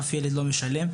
אף ילד לא משלם.